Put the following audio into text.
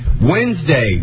Wednesday